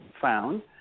found